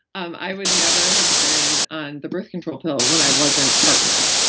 um i would never have been on the birth control pill when i wasn't partnered.